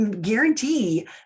guarantee